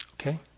Okay